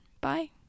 Bye